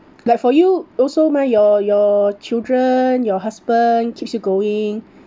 like for you also mah your your children your husband keeps you going